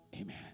Amen